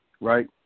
Right